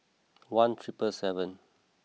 one triple seven